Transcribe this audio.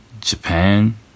Japan